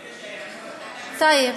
טייב.